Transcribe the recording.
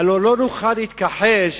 הלוא לא נוכל להתכחש